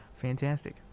Fantastic